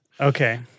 Okay